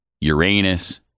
Uranus